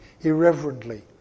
irreverently